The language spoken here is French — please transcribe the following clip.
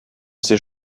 ces